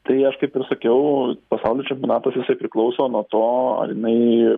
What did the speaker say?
tai aš taip ir sakiau pasaulio čempionatas jisai priklauso nuo to ar jinai